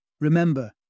Remember